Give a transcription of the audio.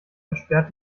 versperrt